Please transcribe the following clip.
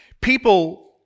People